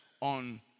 on